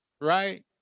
right